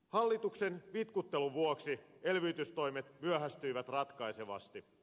hallituksen vitkuttelun vuoksi elvytystoimet myöhästyivät ratkaisevasti